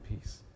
peace